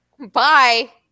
Bye